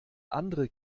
andere